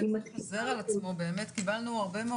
כלומר, זה זינוק מאוד מאוד חד.